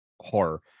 Horror